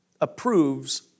approves